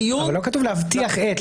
הדיון --- אבל לא כתוב להבטיח את,